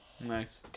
Nice